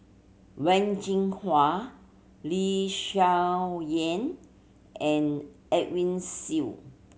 Wen Jinhua Lee Hsien Yang and Edwin Siew